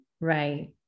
right